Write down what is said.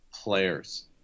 players